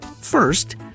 First